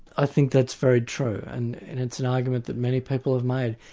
i think that's very true, and and it's an argument that many people have made.